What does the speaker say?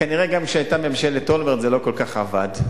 כנראה, גם כשהיתה ממשלת אולמרט זה לא כל כך עבד.